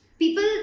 People